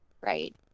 Right